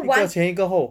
一个前一个后